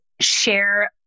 share